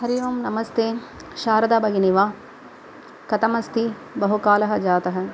हरि ओम् नमस्ते शारदा भगिनी वा कथम् अस्ति बहु कालः जातः